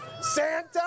Santa